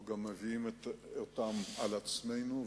הוא שיום אחד עלה לדוכן חבר הכנסת מנחם בגין,